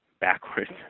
backwards